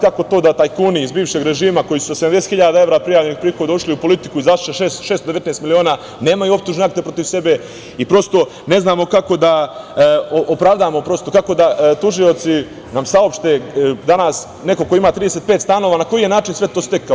Kako to da tajkuni iz bivšeg režima, koji su sa 70 hiljada evra prijavljenog prihoda ušli u politiku, izašli sa 619 miliona, nemaju optužne akte protiv sebe, i prosto, ne znamo kako da opravdamo, kako da nam tužioci saopšte danas, neko ko ima 35 stanova na koji način je sve to stekao.